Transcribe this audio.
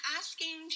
asking